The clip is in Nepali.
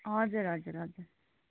हजुर हजुर हजुर